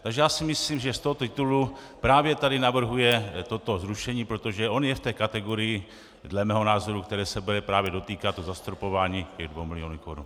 Takže já si myslím, že z tohoto titulu právě tady navrhuje toto zrušení, protože on je v té kategorii, dle mého názoru, které se bude právě dotýkat zastropování dvou milionů korun.